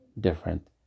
different